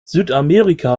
südamerika